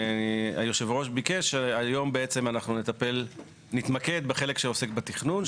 היושב-ראש ביקש שהיום בעצם אנחנו נתמקד בחלק שעוסק בתכנון,